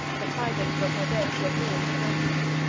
the tidings of her death were borne to antony.